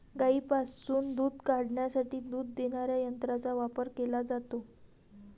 गायींपासून दूध काढण्यासाठी दूध देणाऱ्या यंत्रांचा वापर केला जातो